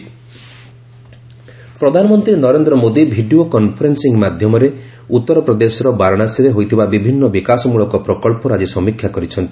PM review meeting ପ୍ରଧାନମନ୍ତ୍ରୀ Narendra Modi video conferencing ମାଧ୍ୟମରେ ଉତ୍ତର ପ୍ରଦେଶର ବାରାଶାସୀରେ ହୋଇଥିବା ବିଭିନ୍ନ ବିକାଶମୂଳକ ପ୍ରକଳ୍ପର ଆକି ସମୀକ୍ଷା କରିଛନ୍ତି